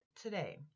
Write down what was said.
today